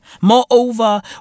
Moreover